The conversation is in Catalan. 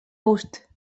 gust